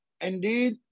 Indeed